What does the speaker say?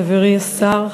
חברי השר,